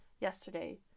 yesterday